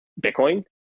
bitcoin